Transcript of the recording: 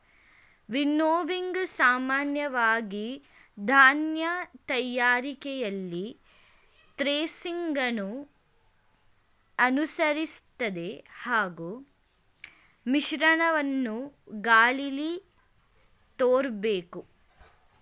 winnowing ಸಾಮಾನ್ಯವಾಗಿ ಧಾನ್ಯ ತಯಾರಿಕೆಯಲ್ಲಿ ಥ್ರೆಸಿಂಗನ್ನು ಅನುಸರಿಸ್ತದೆ ಹಾಗೂ ಮಿಶ್ರಣವನ್ನು ಗಾಳೀಲಿ ತೂರ್ಬೇಕು